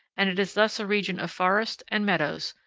and it is thus a region of forests and meadows,